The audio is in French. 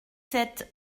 sept